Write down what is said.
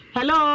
Hello